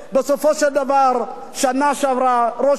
בשנה שעברה ראש הממשלה הקים את הוועדה הזאת,